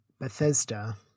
Bethesda